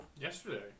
Yesterday